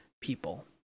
people